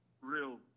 real